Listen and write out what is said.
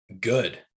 good